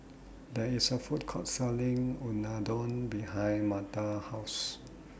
There IS A Food Court Selling Unadon behind Marta's House